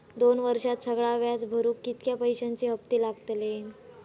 दोन वर्षात सगळा व्याज भरुक कितक्या पैश्यांचे हप्ते लागतले?